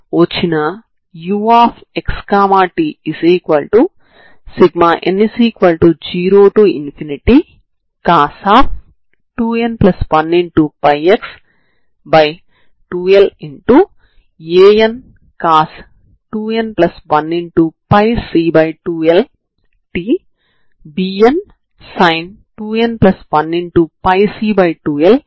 కాబట్టి పై సమీకరణం u2ξη 14c2 hξη ని దృష్ట్యా 0 నుండి వరకు అవకలనం చేస్తే మీరు 0u2ξη dξ 14c2 0hξηdξ ని పొందుతారు మరియు దీని నుండి 0u2ξη dξ u2 ηη u2 0η అవుతుంది